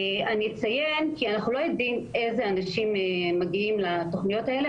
אני אציין שאנחנו לא יודעים איזה אנשים מגיעים לתוכניות האלה,